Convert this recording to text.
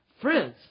Friends